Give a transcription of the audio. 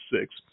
six